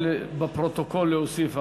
אני יכול בפרוטוקול להוסיף,